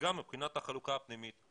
וגם מבחינת החלוקה הפנימית,